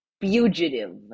fugitive